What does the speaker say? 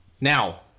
Now